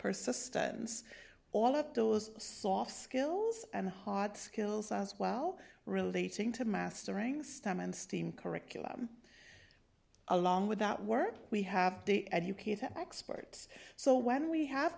persistence all of those soft skills and hard skills as well relating to mastering stem and steam curriculum along with that work we have the educator expert so when we have